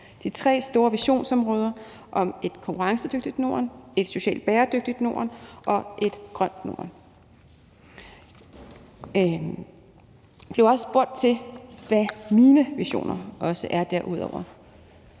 de tre store visionsområder: et konkurrencedygtigt Norden, et socialt bæredygtigt Norden og et grønt Norden. Jeg blev også spurgt til, hvad mine visioner er. Der har